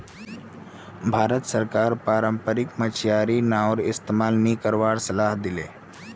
भारत सरकार पारम्परिक मछियारी नाउर इस्तमाल नी करवार सलाह दी ले